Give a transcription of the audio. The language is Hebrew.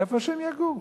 איפה הם יגורו?